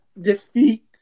Defeat